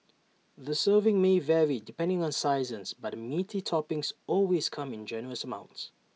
the serving may vary depending on sizes but the meaty toppings always come in generous amounts